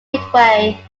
midway